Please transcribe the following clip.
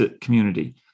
community